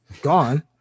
gone